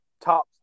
top